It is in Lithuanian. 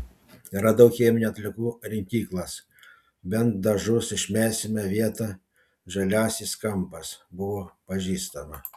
radau cheminių atliekų rinkyklas bent dažus išmesime vieta žaliasis kampas buvo pažįstama